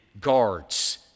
guards